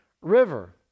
river